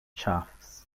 shafts